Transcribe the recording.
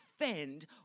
defend